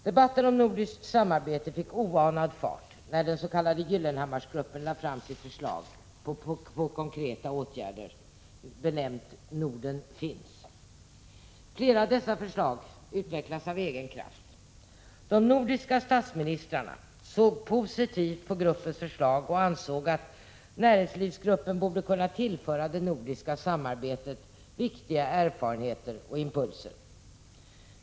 Debatten om nordiskt samarbete fick oanad fart när den s.k. Gyllenhammarsgruppen lade fram sitt förslag om konkreta åtgärder, benämnt Norden finns. Flera av dessa förslag utvecklas av egen kraft. De nordiska statsministrarna såg positivt på gruppens förslag och ansåg att näringslivsgruppen borde kunna tillföra det nordiska samarbetet viktiga erfarenheter och impulser.